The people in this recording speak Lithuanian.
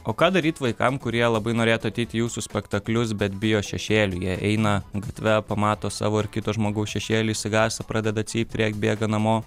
o ką daryt vaikam kurie labai norėtų ateiti į jūsų spektaklius bet bijo šešėlyje eina gatve pamato savo ar kito žmogaus šešėlį išsigąsta pradeda cypt rėkt bėga namo